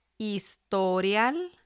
historial